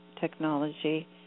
technology